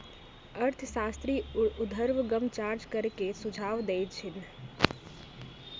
अर्थशास्त्री उर्ध्वगम चार्ज करे के सुझाव देइ छिन्ह